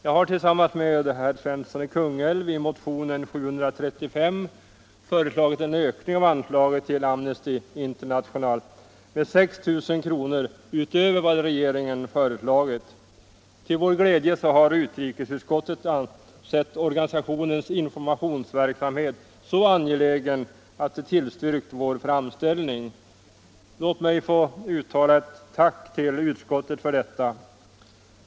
Jag har tillsammans med herr Svensson i Kungälv i motionen 735 föreslagit en ökning av anslaget till Amnesty International med 6 000 kr. utöver vad regeringen föreslagit. Till vår glädje har utrikesutskottet ansett organisationens informationsverksamhet så angelägen att det tillstyrkt vår framställning. Låt mig få uttala ett tack till utskottet för detta.